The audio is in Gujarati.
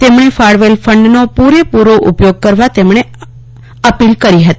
તેમણે ફાળવેલ ફંડનો પૂરેપૂરો ઉપયોગ કરવા અપીલ કરી હતી